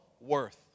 worth